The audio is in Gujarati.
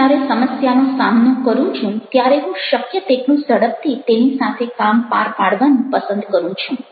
હું જ્યારે સમસ્યાનો સામનો કરું છું ત્યારે હું શક્ય તેટલું ઝડપથી તેની સાથે કામ પાર પાડવાનું પસંદ કરું છું